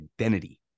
identity